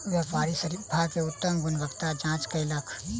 व्यापारी शरीफा के उत्तम गुणवत्ताक जांच कयलक